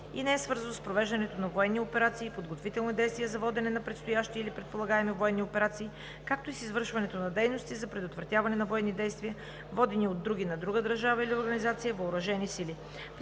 и не е свързано с провеждането на военни операции и подготвителни действия за водене на предстоящи или предполагаеми военни операции, както и с извършването на дейности за предотвратяване на военни действия, водени от други на друга държава или организация въоръжени сили.